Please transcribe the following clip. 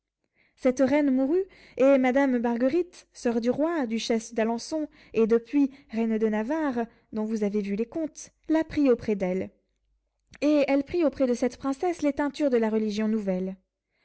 cette reine mourut et madame marguerite soeur du roi duchesse d'alençon et depuis reine de navarre dont vous avez vu les contes la prit auprès d'elle et elle prit auprès de cette princesse les teintures de la religion nouvelle